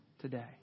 today